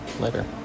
later